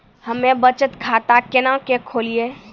हम्मे बचत खाता केना के खोलियै?